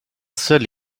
seul